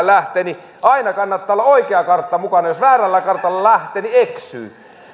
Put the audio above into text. lähtee niin aina kannattaa olla oikea kartta mukana koska jos väärällä kartalla lähtee niin eksyy